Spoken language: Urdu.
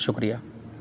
شکریہ